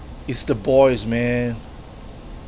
it's the boys man